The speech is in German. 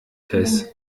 tess